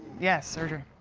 yes, surgery.